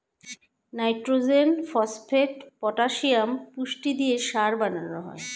nitrogen, phosphate, potassium পুষ্টি দিয়ে সার বানানো হয়